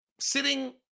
sitting